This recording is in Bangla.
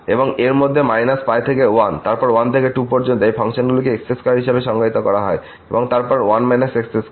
এবং এর মধ্যে -π থেকে 1 এবং তারপর 1 থেকে 2 পর্যন্ত এই ফাংশনগুলিকে x2 হিসাবে সংজ্ঞায়িত করা হয় এবং তারপর 1 x2